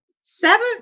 seventh